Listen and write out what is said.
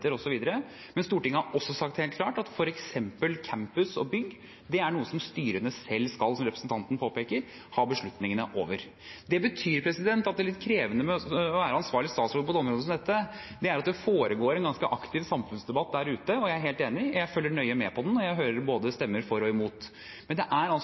Men Stortinget har også sagt helt klart at f.eks. campus og bygg er noe som styrene selv skal, som representanten påpeker, ha beslutningene over. Det betyr at det litt krevende med å være ansvarlig statsråd på et område som dette, er at det foregår en ganske aktiv samfunnsdebatt der ute. Og jeg er helt enig – jeg følger nøye med på den, og jeg hører stemmer både for og imot. Men det er